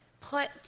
put